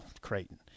Creighton